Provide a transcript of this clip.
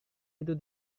itu